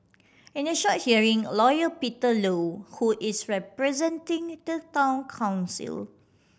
in a short hearing Lawyer Peter Low who is representing the Town Council